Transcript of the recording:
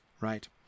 right